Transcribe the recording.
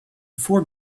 before